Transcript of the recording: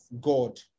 God